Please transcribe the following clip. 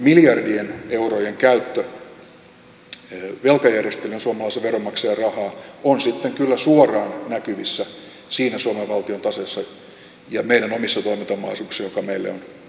tämmöinen miljardien eurojen käyttö velkajärjestelyyn suomalaisen veronmaksajan rahaa on sitten kyllä suoraan näkyvissä siinä suomen valtion taseessa ja meidän omissa toimintamahdollisuuksissamme jotka meille ovat tärkeitä